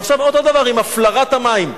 ועכשיו אותו דבר עם הפלרת המים.